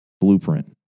blueprint